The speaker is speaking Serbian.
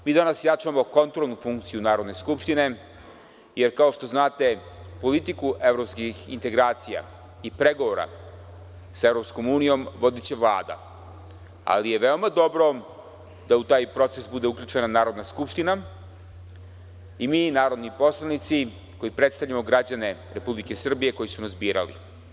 Mi danas jačamo kontrolnu funkciju Narodne skupštine, jer kao što znate, politiku evropskih integracija i pregovora sa EU vodiće Vlada, ali je veoma dobro da u taj proces bude uključena Narodna skupština i mi narodni poslanici koji predstavljamo građane Republike Srbije koji su nas birali.